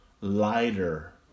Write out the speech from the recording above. lighter